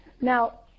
now